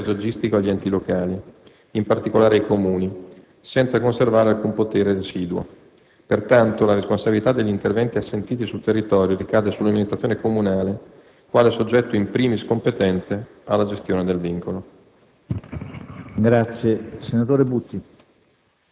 ha sub-delegato la competenza in tema di tutela paesaggistica agli enti locali, in particolare ai Comuni, senza conservare alcun potere residuo. Pertanto, la responsabilità degli interventi assentiti sul territorio ricade sull'amministrazione comunale quale soggetto *in primis* competente alla gestione del vincolo.